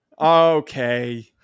Okay